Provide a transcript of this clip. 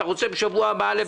אתה רוצה בשבוע הבא א',